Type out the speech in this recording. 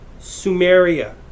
Sumeria